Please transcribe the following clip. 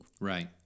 Right